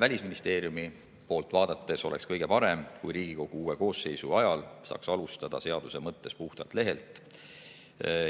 Välisministeeriumi poolt vaadates oleks kõige parem, kui Riigikogu uue koosseisu ajal saaks alustada seaduse mõttes puhtalt lehelt